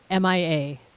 MIA